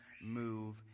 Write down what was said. move